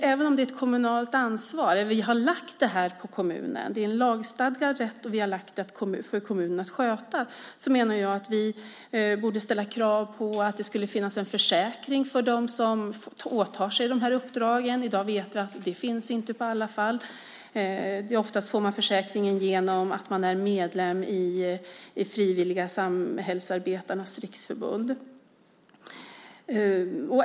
Även om det är en lagstadgad rätt och även om vi har ålagt kommunerna att sköta det menar jag att vi borde ställa krav på att det ska finnas en försäkring för dem som åtar sig de här uppdragen. I dag finns inte det. Oftast får man försäkringen genom att man är medlem i Riksförbundet Frivilliga Samhällsarbetare.